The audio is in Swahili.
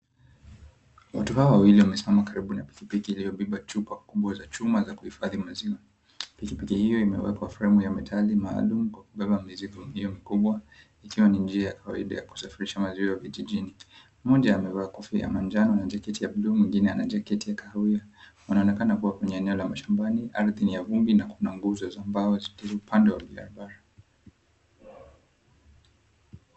Watu hawa wawili wamesimama karibu na pikipiki iliyobeba chupa kubwa za chuma za kuhifadhi maziwa. Pikipiki hiyo imewekwa fremu ya metali maalum kwa kubeba mizigo iliyo mikubwa ikiwa ni njia ya kawaida ya kuusafirisha maziwa vijijini. Mmoja amevaa kofia ya manjano na jaketi ya bluu mwingine ana jaketi ya kahawia. Wanaonekana kuwa kwenye eneo la mashambani ardhi ni ya vumbi na kuna nguzo za mbao zilizopandwa kando ya barabara.